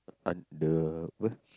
un~ the where